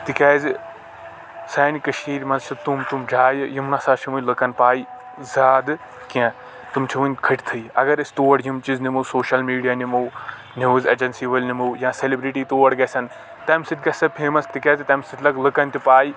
تِکیٛازِ سانہِ کٔشیٖرِ منٛز چھ تِم تِم جایہِ یِم نسا چھنہٕ وُنہِ لُکن پَے زیٛادٕ کیٚنٛہہ تم چھ وٕنہِ کٔھٹۍ تھے اگر أسۍ تور یِم چیٖز نِمو تور سوشل میٖڈیا نِمو نیوٗز اجنسی وألۍ نِمو یا سٮ۪لبرٹی تور گژھَن تَمہِ سۭتۍ گژھہِ سۄ فیمس تِکیٛازِ تَمہِ سۭتۍ لگہِ لُکن تہِ پَے